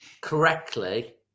correctly